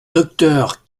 docteur